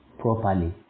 properly